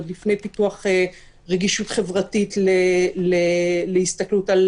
עוד לפני טיפוח רגישות חברתית להסתכלות על